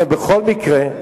בכל מקרה,